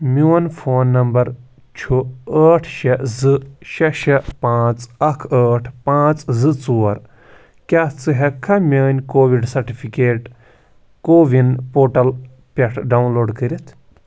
میون phone number چھُ ٲٹھ شےٚ زٕ شےٚ شےٚ پانٛژھ اکھ ٲٹھ پانٛژھ زٕ ژور کیٛاہ ژٕ ہٮ۪ککھا میٲنۍ کووِڈ سٹِفکیٹ کووِن پوٹل پٮ۪ٹھ ڈاوُن لوڈ کٔرِتھ